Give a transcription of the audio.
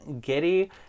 giddy